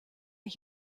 ich